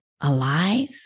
alive